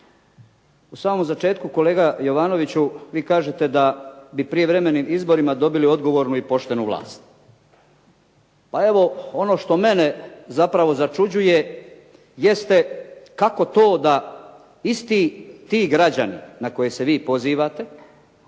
u samom začetku kolega Jovanoviću vi kažete da bi prijevremenim izborima bi dobili odgovornu i poštenu vlast. Pa evo ono što mene zapravo začuđuje jeste kako to da isti ti građani na koje se vi pozivate,